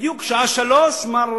ובדיוק בשעה שלוש, מר